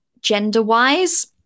gender-wise